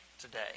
today